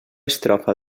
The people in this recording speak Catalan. estrofa